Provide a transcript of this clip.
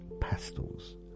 pastels